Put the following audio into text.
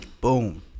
Boom